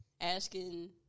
asking